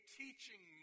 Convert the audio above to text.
teaching